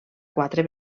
quatre